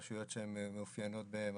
רשויות שהן מאופיינות במצב